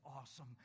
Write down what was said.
awesome